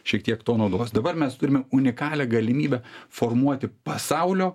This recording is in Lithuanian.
šiek tiek to naudos dabar mes turime unikalią galimybę formuoti pasaulio